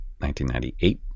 1998